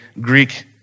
Greek